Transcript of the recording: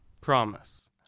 Promise